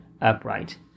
upright